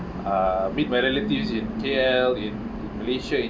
uh meet my relatives in K_L in malaysia in